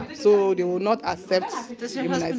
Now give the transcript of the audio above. so they will not accept immunisation.